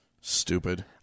Stupid